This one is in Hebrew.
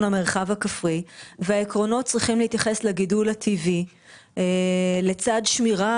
המרחב הכפרי והעקרונות צריכים להתייחס לגידול הטבעי לצד שמירה